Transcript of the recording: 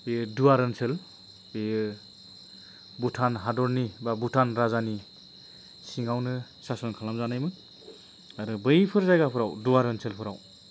बे दुवार ओनसोल बेयो भुटान हादरनि बा भुटान राजानि सिङावनो सासन खालामजानायमोन आरो बैफोर जायगाफोराव दुवार ओनसोलफोराव